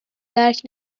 درک